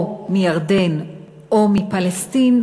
או מירדן או מפלסטין,